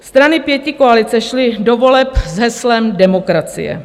Strany pětikoalice šly do voleb s heslem demokracie.